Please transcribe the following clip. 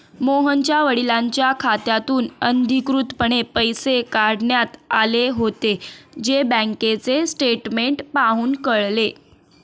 मोहनच्या वडिलांच्या खात्यातून अनधिकृतपणे पैसे काढण्यात आले होते, जे बँकेचे स्टेटमेंट पाहून कळले